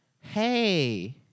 hey